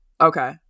Okay